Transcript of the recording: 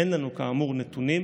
אין לנו כאמור נתונים.